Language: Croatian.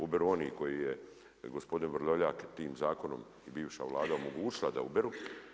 Uberu oni koji je gospodin Vrdoljak tim zakonom i bivša Vlada omogućila da uberu.